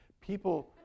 People